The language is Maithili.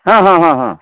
हँ हँ हँ हँ